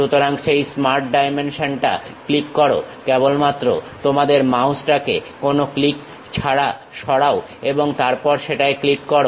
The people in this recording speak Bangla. সুতরাং সেই স্মার্ট ডাইমেনশনটা ক্লিক করো কেবলমাত্র তোমাদের মাউসটাকে কোন ক্লিক ছাড়া সরাও এবং তারপর সেটায় ক্লিক করো